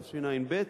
תשע"ב,